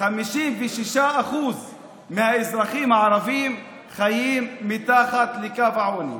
56% מהאזרחים הערבים חיים מתחת לקו העוני.